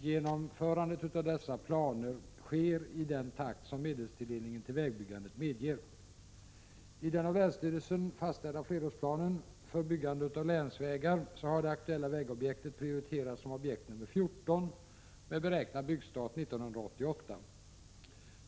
Genomförandet av dessa planer sker i den takt som medelstilldelningen till vägbyggandet medger. I den av länsstyrelsen fastställda flerårsplanen för byggande av länsvägar har det aktuella vägobjektet prioriterats som objekt nr 14 med beräknad byggstart 1988.